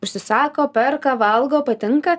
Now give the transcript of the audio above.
užsisako perka valgo patinka